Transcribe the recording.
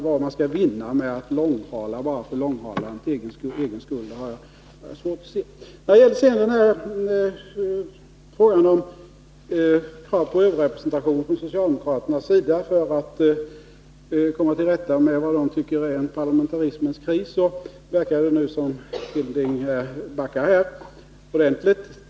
Vad man skall vinna på att långhala i ett sådant läge Nr 29 har jag svårt att se. Onsdagen den När det sedan gäller frågan om krav på överrepresentation från 18 november 1981 socialdemokraternas sida för att komma till rätta med vad de tycker är en parlamentarismens kris verkar det nu som om Hilding Johansson backar ordentligt.